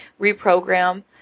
reprogram